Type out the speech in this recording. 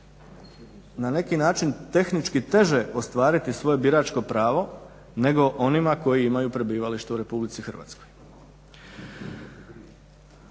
na neki način tehnički teže ostvariti svoje biračko pravo nego onima koji imaju prebivalište u RH.